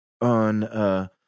on